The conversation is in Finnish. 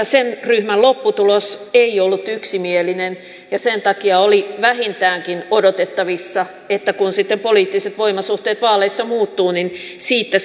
sen ryhmän lopputulos ei kyllä ollut yksimielinen sen takia oli vähintäänkin odotettavissa että kun sitten poliittiset voimasuhteet vaaleissa muuttuvat niin siitä